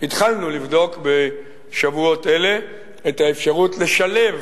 התחלנו לבדוק את האפשרות לשלב